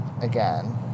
again